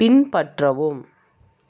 பின்பற்றவும்